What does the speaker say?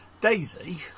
Daisy